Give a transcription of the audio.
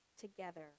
together